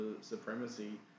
supremacy